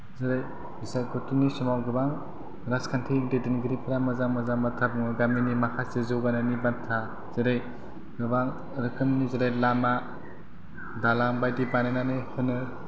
जेरै बिसायखथिनि समाव गोबां राजखान्थि दैदेनगिरिफोरा मोजां मोजां बाथ्रा बुङो गामिनि माखासे जौगानायनि बाथ्रा जेरै गोबां रोखोमनि जेरै लामा दालां बायदि बानायनानै होनो